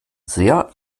sehr